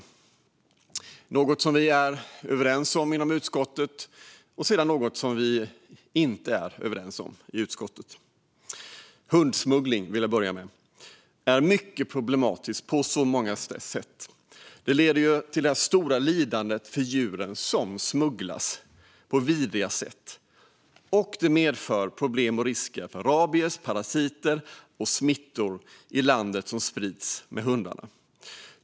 Det handlar om något som vi är överens om i utskottet och något som vi inte är överens om i utskottet. Jag vill börja med hundsmuggling, som är mycket problematisk på så många sätt. Den leder till stort lidande för de djur som smugglas på vidriga sätt. Det medför också problem och risker för att rabies, parasiter och andra smittor sprids i landet av hundarna.